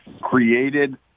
created